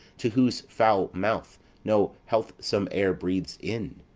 to whose foul mouth no healthsome air breathes in,